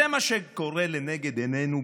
זה מה שקורה לנגד עינינו.